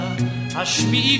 Ashmi